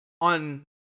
on